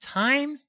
time